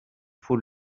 faut